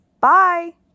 Bye